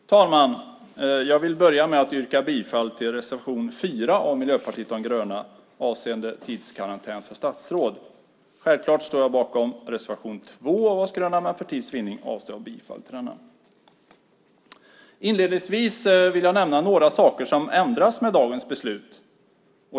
Fru talman! Jag vill börja med att yrka bifall till reservation 4 av Miljöpartiet de gröna avseende tidskarantän för statsråd. Självfallet står jag bakom också reservation 2 av oss gröna, men för tids vinning avstår jag från att yrka bifall till den. Inledningsvis vill jag nämna några saker som ändras med dagens beslut.